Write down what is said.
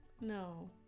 No